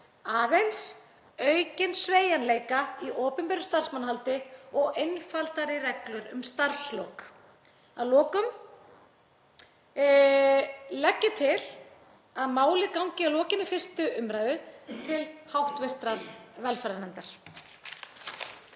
aðeins aukinn sveigjanleika í opinberu starfsmannahaldi og einfaldari reglur um starfslok. Að lokum legg ég til að málið gangi að lokinni 1. umræðu til hv. velferðarnefndar.